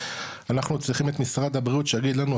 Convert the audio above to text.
אנחנו צריכים את משרד הבריאות שיגיד לנו,